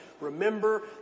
Remember